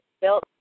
built